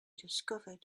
discovered